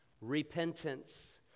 repentance